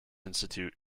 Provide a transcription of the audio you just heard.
institute